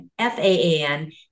FAAN